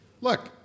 look